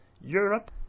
Europe